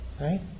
Right